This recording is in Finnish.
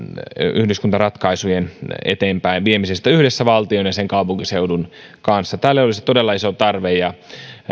yhdyskuntaratkaisujen eteenpäinviemisestä yhdessä valtion ja sen kaupunkiseudun kanssa tälle olisi todella iso tarve ja